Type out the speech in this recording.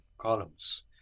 columns